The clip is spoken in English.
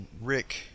Rick